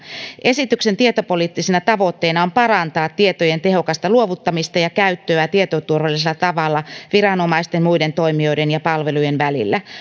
esityksen tietopoliittisena tavoitteena on parantaa tietojen tehokasta luovuttamista ja käyttöä tietoturvallisella tavalla viranomaisten muiden toimijoiden ja palvelujen välillä